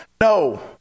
No